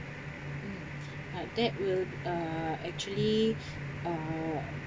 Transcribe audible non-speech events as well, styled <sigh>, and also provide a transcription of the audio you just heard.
mm uh that will uh actually <breath> uh